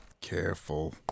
Careful